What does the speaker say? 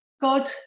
God